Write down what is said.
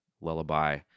lullaby